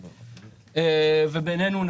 ובעינינו,